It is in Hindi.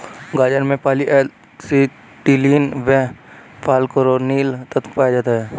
गाजर में पॉली एसिटिलीन व फालकैरिनोल तत्व पाया जाता है